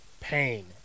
pain